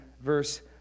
verse